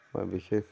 মই বিশেষ